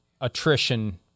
attrition